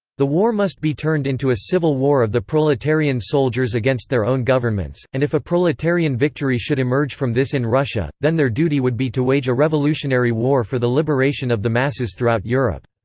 the war must be turned into a civil war of the proletarian soldiers against their own governments, and if a proletarian victory should emerge from this in russia, then their duty would be to wage a revolutionary war for the liberation of the masses throughout europe.